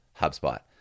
HubSpot